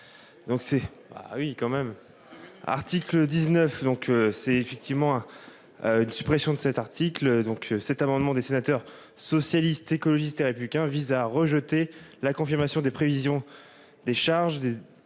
Donc c'est ah oui quand même. Article 19, donc c'est effectivement. Une suppression de cet article donc cet amendement des sénateurs socialistes, écologistes et républicain vise à rejeter la confirmation des prévisions. Des charges